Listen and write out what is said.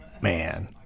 man—